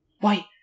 Why